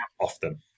often